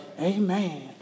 Amen